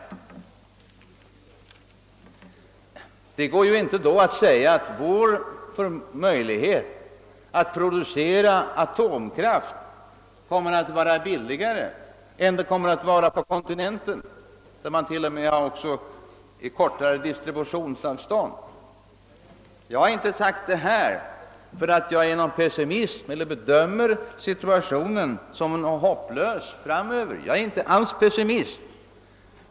Man kan inte säga att det då kommer att ställa sig billigare för oss att producera kraft än för länderna på kontinenten, där man f.ö. har kortare distributionsavstånd. Jag har inte sagt detta för att jag är pessimist eller bedömer situationen framöver som hopplös -— inte alls.